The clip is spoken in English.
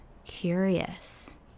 curious